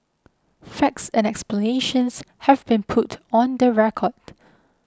facts and explanations have been put on the record